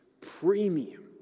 premium